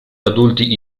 adulti